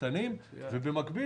פרטנר ו-IBC,